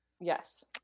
yes